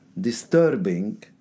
disturbing